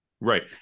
Right